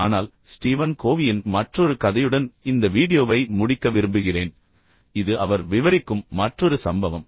ஆனால் ஸ்டீவன் கோவியின் மற்றொரு கதையுடன் இந்த வீடியோவை முடிக்க விரும்புகிறேன் இது அவர் விவரிக்கும் மற்றொரு சம்பவம்